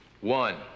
One